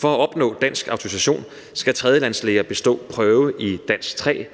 For at opnå dansk autorisation skal tredjelandslæger bestå prøve i dansk 3